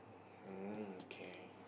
hm okay